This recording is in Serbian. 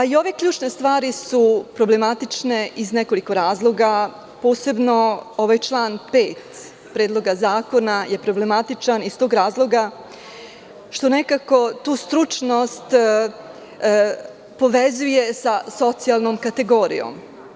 I ove ključne stvari su problematične iz nekoliko razloga, posebno ovaj član 5. Predloga zakona je problematičan iz tog razloga što nekako tu stručnost povezuje sa socijalnom kategorijom.